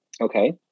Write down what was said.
okay